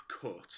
cut